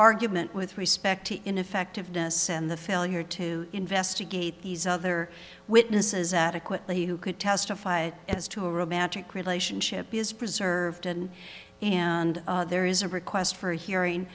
argument with respect to ineffectiveness and the failure to investigate these other witnesses adequately who could testify as to a romantic relationship is preserved and and there is a request for a hearing